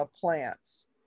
plants